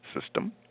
system